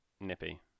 nippy